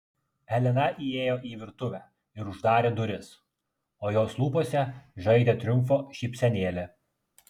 helena įėjo į virtuvę ir uždarė duris o jos lūpose žaidė triumfo šypsenėlė